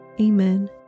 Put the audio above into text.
Amen